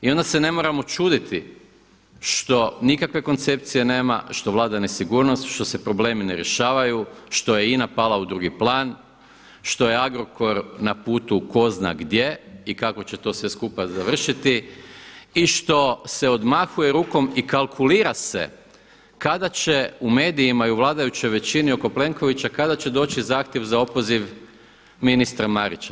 I onda se ne moramo čuditi što nikakve koncepcije nema, što vlada nesigurnost, što se problemi ne rješavaju, što je INA pala u drugi plan, što je Agrokor na putu tko zna gdje i kako će to sve skupa završiti i što se odmahuje rukom i kalkulira se kada će u medijima i u vladajućoj većini oko Plenkovića kada će doći zahtjev za opoziv ministra Marića.